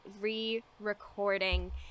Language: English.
re-recording